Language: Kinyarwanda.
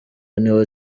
niho